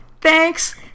Thanks